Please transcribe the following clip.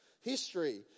history